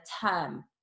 term